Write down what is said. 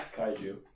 Kaiju